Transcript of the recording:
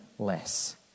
Less